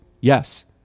Yes